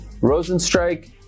Rosenstrike